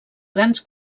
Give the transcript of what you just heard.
grans